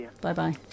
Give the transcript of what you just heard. Bye-bye